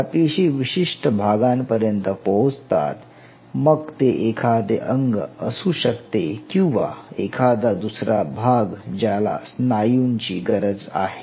या पेशी विशिष्ट भागांपर्यंत पोहोचतात मग ते एखादे अंग असू शकते किंवा एखादा दुसरा भाग ज्याला स्नायूंची गरज आहे